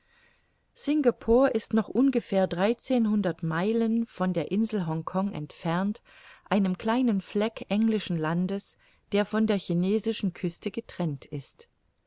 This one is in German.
singapore ist noch ungefähr dreizehnhundert meilen von der insel hongkong entfernt einem kleinen fleck englischen landes der von der chinesischen küste getrennt ist